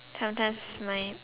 sometimes my